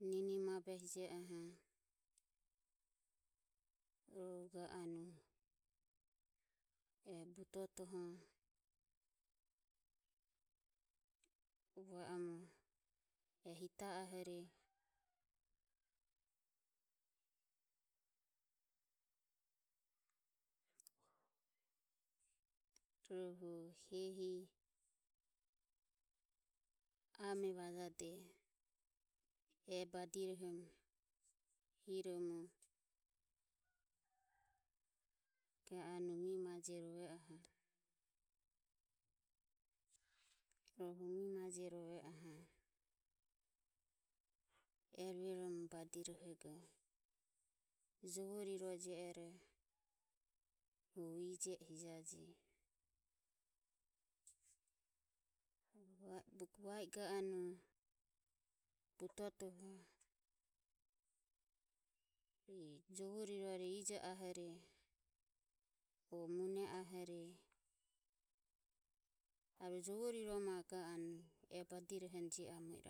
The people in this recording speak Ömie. nini mabehe jie oho goho ga anue e butotoho va omo e hita ahore rohu hehi ame vajade e badirohom hiromo ga anue mie maje, rove oho rohu mie maje rove oho e rue romo badirohego jovo riro jiero hu i je e hijaje. Va i ga anue e butoto jovo rirore ijo ahore o mune ahore, arue jovo riroma ga anue badirohom jio amo iramu.